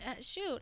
shoot